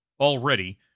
Already